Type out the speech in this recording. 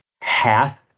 half